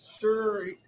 sure